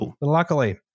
luckily